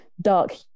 dark